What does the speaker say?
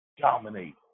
dominate